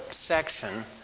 section